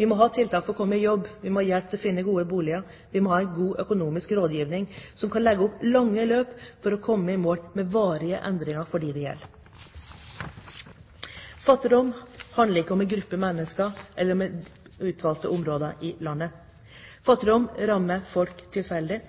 Vi må ha tiltak for å komme i jobb og hjelp til å finne gode boliger, og vi må ha god økonomisk rådgivning som kan legge opp lange løp for å komme i mål med varige endringer for dem det gjelder. Fattigdom handler ikke om en gruppe mennesker eller om utvalgte områder i landet. Fattigdom rammer folk tilfeldig